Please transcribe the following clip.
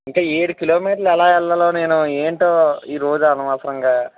ఇంకా ఏడు కిలోమీటర్లు ఏలా వెళ్ళాలో నేను ఏంటో ఈ రోజు అనవసరంగా